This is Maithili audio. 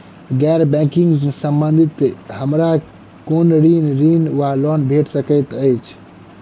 गैर बैंकिंग संबंधित हमरा केँ कुन ऋण वा लोन भेट सकैत अछि?